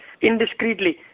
indiscreetly